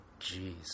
jeez